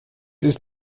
ist